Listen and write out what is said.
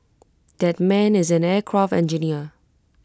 that man is an aircraft engineer